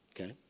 okay